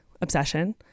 obsession